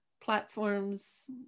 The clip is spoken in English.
platforms